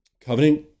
Covenant